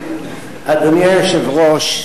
אדוני היושב-ראש,